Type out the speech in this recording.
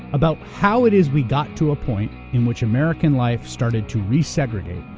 about how it is we got to ah point in which american life started to resegregate,